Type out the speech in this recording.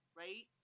right